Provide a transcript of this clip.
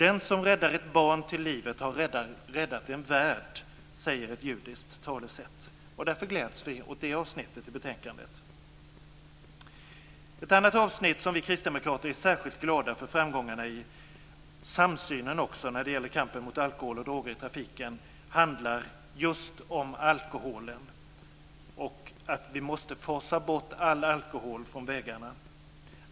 Den som räddar ett barn till livet har räddat en värld säger ett judiskt talesätt. Därför gläds vi åt det avsnittet i betänkandet. Ett annat avsnitt vi kristdemokrater är särskilt glada för är framgången i samsynen när det gäller kampen mot alkohol och droger i trafiken.